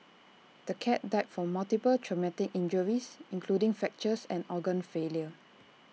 the cat died from multiple traumatic injuries including fractures and organ failure